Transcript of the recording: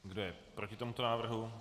Kdo je proti tomuto návrhu?